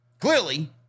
clearly